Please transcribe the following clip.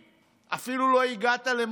לא הגעת אפילו למוקד אחד.